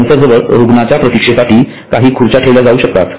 counter जवळ रूग्णांच्या प्रतीक्षे साठी काही खुर्च्या ठेवल्या जाऊ शकतात